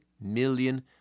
million